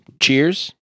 Cheers